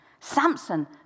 Samson